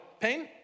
pain